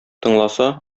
тыңласа